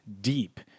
deep